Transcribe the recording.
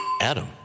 Adam